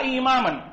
imaman